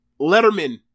Letterman